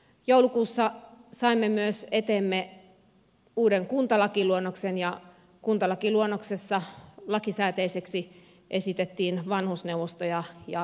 joulukuussa saimme myös eteemme uuden kuntalakiluonnoksen ja kuntalakiluonnoksessa lakisääteisiksi esitettiin vanhusneuvostoja ja nuorisovaltuustoja